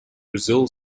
brazil